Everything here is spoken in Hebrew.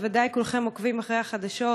בוודאי כולכם עוקבים אחרי החדשות,